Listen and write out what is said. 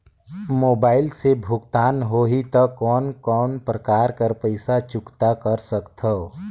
Mobile से भुगतान होहि त कोन कोन प्रकार कर पईसा चुकता कर सकथव?